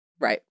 Right